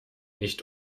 nicht